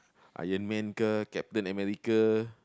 Iron-Man ke Captain-America